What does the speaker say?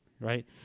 Right